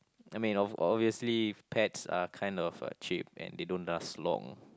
I mean obvious obviously pets are kind of uh cheap and they don't last long